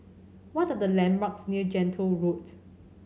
what are the landmarks near Gentle Road